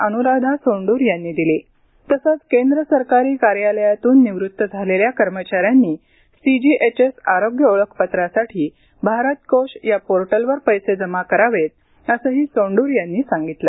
अनुराधा सोंडूर यांनी दिली तसंच केंद्र सरकारी कार्यालयातून निवृत्त झालेल्या कर्मचाऱ्यांनी सीजीएचएस आरोग्य ओळखपत्रासाठी भारत कोश या पोर्टलवर पैसे जमा करावेत असंही सोंडूर यांनी सांगितलं